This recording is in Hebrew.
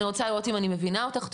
אני רוצה לראות אם אני מבינה אותך,